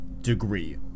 degree